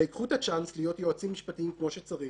אלא ייקחו את הצ'אנס להיות יועצים משפטיים כמו שצריך,